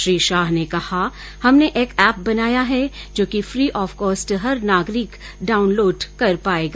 श्री शाह ने कहा हमने एक एप बनाया है जो फ्री ऑफ कॉस्ट हर नागरिक डाउनलोड कर पाएगा